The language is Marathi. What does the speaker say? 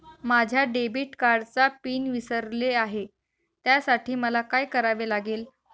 माझ्या डेबिट कार्डचा पिन विसरले आहे त्यासाठी मला काय करावे लागेल?